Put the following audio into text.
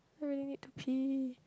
I really need to pee